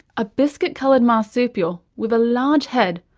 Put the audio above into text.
a biscuit coloured marsupial with a large head,